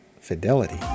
fidelity